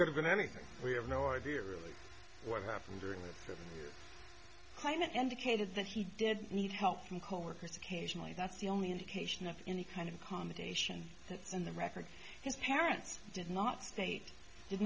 could have been anything we have no idea really what happened during that hina educated that he did need help from coworkers occasionally that's the only indication of any kind of accommodation that's in the record his parents did not state d